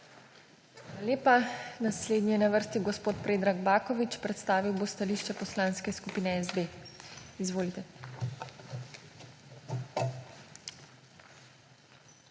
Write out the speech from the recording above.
lepa. Naslednji je na vrsti gospod Predrag Baković. Predstavil bo stališče Poslanske skupine SD. Izvolite.